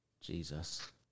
Jesus